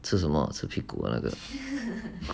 吃什么吃屁股啊那个